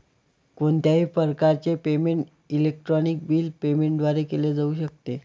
कोणत्याही प्रकारचे payment electronic bill payment द्वारे केले जाऊ शकते